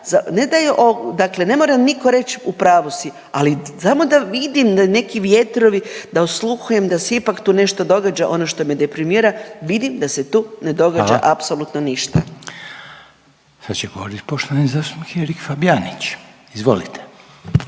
ne da je, dakle ne mora nitko reći u pravu si, ali samo da vidim da neki vjetrovi da osluhujem da se ipak tu nešto događa. Ono što me deprimira, vidim da se tu ne događa apsolutno ništa. **Reiner, Željko (HDZ)** Hvala. Sad će govorit poštovani zastupnik Erik Fabijanić. Izvolite.